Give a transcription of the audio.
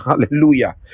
hallelujah